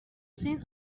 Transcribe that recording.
seen